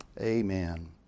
Amen